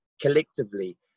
collectively